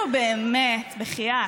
נו באמת, בחייאת.